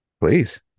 Please